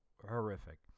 horrific